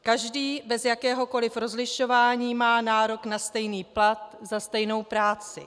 Každý, bez jakéhokoli rozlišování, má nárok na stejný plat za stejnou práci.